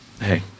hey